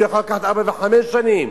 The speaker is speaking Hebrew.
שיכול לקחת ארבע וחמש שנים,